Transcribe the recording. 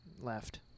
left